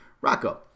Rocco